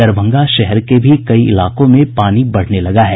दरभंगा शहर के भी कई इलाकों में पानी बढ़ने लगा है